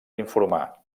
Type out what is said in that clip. informar